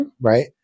Right